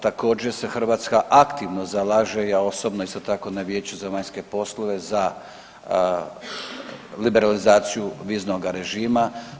Također se Hrvatska aktivno zalaže i ja osobno isto tako na Vijeću za vanjske poslove za liberalizaciju viznoga režima.